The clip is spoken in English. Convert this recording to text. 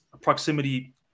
proximity